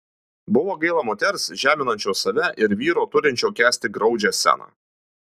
buvo gaila moters žeminančios save ir vyro turinčio kęsti graudžią sceną